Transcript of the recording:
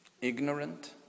ignorant